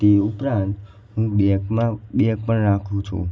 તે ઉપરાંત હું બૅગમાં બૅગ પણ રાખું છું